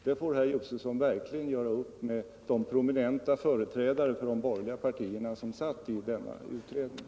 Det får herr Josefson verkligen göra upp med de prominenta företrädare för de borgerliga partierna som satt i utredningen.